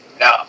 No